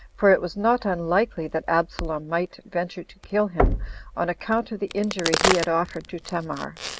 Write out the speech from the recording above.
for it was not unlikely that absalom might venture to kill him on account of the injury he had offered to tamar.